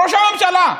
ראש הממשלה.